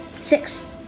Six